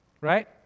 Right